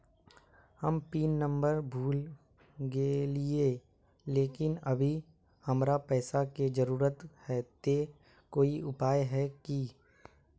हम pin number भूल गेलिये लेकिन अभी हमरा पैसा के जरुरत है ते कोई उपाय है की?